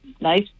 nice